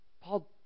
Paul